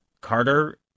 Carter